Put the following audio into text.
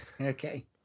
Okay